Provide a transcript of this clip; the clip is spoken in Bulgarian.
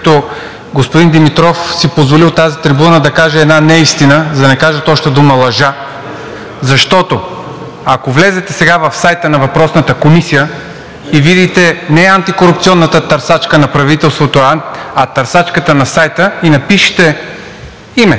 Господин Димитров си позволи от тази трибуна да каже една неистина, за да не кажа точната дума – лъжа. Защото, ако влезете сега в сайта на въпросната комисия и видите не антикорупционната търсачка на правителството, а търсачката на сайта и напишете име,